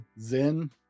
Zen